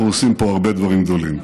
שאנחנו עושים פה הרבה דברים גדולים.